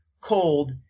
cold